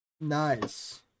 Nice